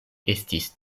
estis